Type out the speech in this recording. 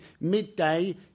midday